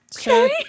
sure